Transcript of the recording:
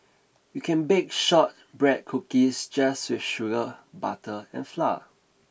you can bake shortbread cookies just with sugar butter and flour